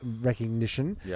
recognition